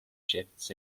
shifts